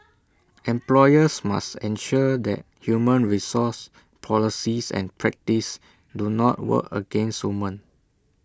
employers must ensure that human resource policies and practices do not work against women